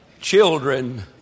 Children